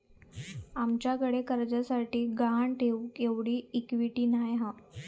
आमच्याकडे कर्जासाठी गहाण ठेऊक तेवढी इक्विटी नाय हा